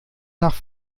nach